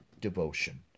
devotion